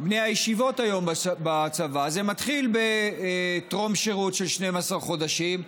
בני הישיבות היום בצבא: זה מתחיל בטרום שירות של 12 חודשים,